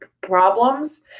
problems